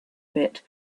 bit